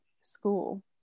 school